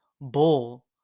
Bull